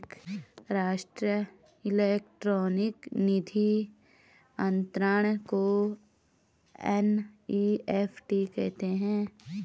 राष्ट्रीय इलेक्ट्रॉनिक निधि अनंतरण को एन.ई.एफ.टी कहते हैं